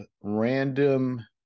random